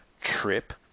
trip